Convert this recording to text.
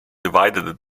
divided